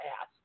ass